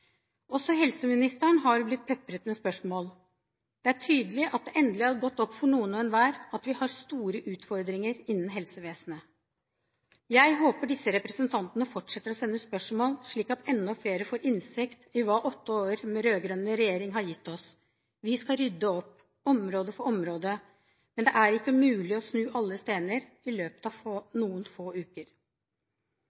Også helseministeren har blitt pepret med spørsmål. Det er tydelig at det endelig har gått opp for noen hver at vi har store utfordringer innenfor helsevesenet. Jeg håper disse representantene fortsetter å sende spørsmål, slik at enda flere får innsikt i hva åtte år med rød-grønn regjering har gitt oss. Vi skal rydde opp, område for område, men det er ikke mulig å snu alle stener i løpet av noen få